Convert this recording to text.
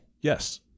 Yes